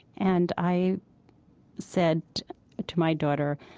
and i said to my daughter,